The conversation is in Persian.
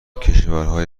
کشورهای